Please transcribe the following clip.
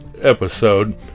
episode